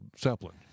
Zeppelin